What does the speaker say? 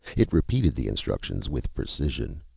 it repeated the instructions with precision.